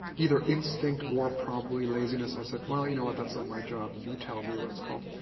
either instinct, or probably laziness, i said, well, you know what? that's not my job. you tell me what it's called.